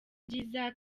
byiza